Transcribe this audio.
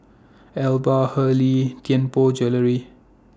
Alba Hurley Tianpo Jewellery